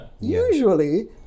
Usually